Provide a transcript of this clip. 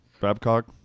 Babcock